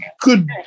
good